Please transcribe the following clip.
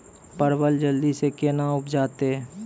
परवल जल्दी से के ना उपजाते?